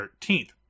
13th